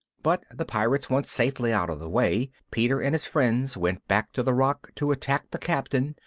but the pirates once safely out of the way, peter and his friends went back to the rock to attack the captain,